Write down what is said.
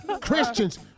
Christians